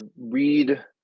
read